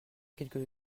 quelque